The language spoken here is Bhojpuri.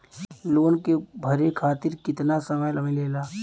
लोन के भरे खातिर कितना समय मिलेला?